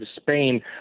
Spain